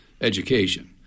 education